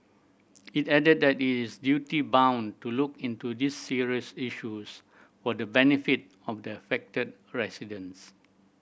it added that it is duty bound to look into these serious issues for the benefit of the affected residents